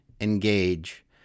engage